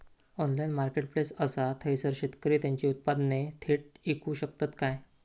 Online marketplace असा थयसर शेतकरी त्यांची उत्पादने थेट इकू शकतत काय?